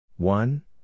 One